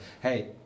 hey